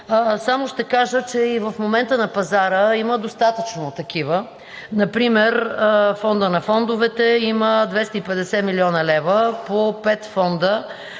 Само ще кажа, че и в момента на пазара има достатъчно такива. Например Фондът на фондовете има 250 млн. лв. по пет фонда